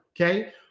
okay